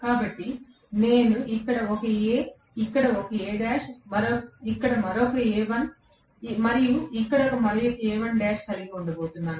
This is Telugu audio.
కాబట్టి నేను ఇక్కడ ఒక A ఇక్కడ ఒక A' ఇక్కడ మరొక A1 మరియు ఇక్కడ మరొక A1' కలిగి ఉండబోతున్నాను